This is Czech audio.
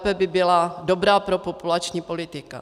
Lépe by byla dobrá propopulační politika.